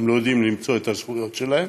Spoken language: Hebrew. הם לא יודעים למצות את הזכויות שלהם,